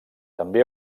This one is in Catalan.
també